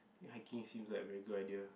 hiking seems like a very good idea